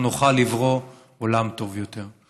אנחנו נוכל לברוא עולם טוב יותר.